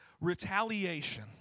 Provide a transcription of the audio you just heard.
retaliation